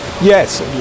Yes